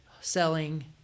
selling